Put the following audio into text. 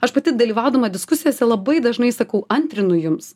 aš pati dalyvaudama diskusijose labai dažnai sakau antrinu jums